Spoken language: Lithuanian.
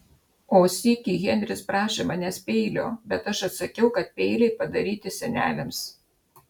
o sykį henris prašė manęs peilio bet aš atsakiau kad peiliai padaryti seneliams